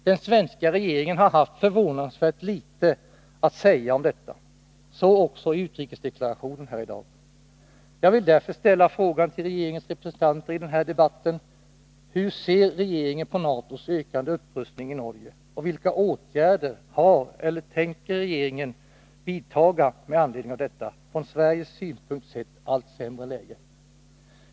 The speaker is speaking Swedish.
Den svenska regeringen har haft förvånansvärt litet att säga om detta — så också i utrikesdeklarationen här i dag. Jag vill därför ställa frågan till regeringens representanter i den här debatten: Hur ser regeringen på NATO:s ökande upprustning i Norge, och vilka åtgärder har eller tänker regeringen vidta med anledning av detta, från Sveriges synpunkt sett, allt sämre läge?